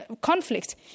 conflict